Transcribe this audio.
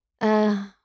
Uh